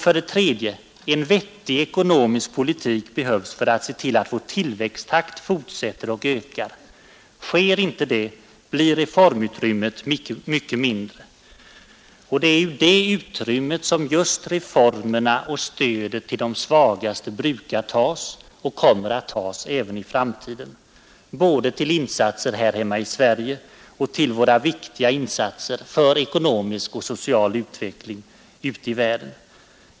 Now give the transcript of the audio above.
För det tredje behövs det en vettig ekonomisk politik för att se till att vår ekonomiska tillväxttakt fortsätter och ökar. Sker inte det blir reformutrymmet mycket mindre. Och det är ur det utrymmet som just reformerna och stödet till de svagaste brukar tas och kommer att tas även i framtiden — både till insatser här hemma i Sverige och till våra viktiga insatser för ekonomisk och social utveckling ute i världen.